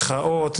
מחאות,